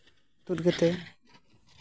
ᱛᱩᱫ ᱠᱟᱛᱮᱫ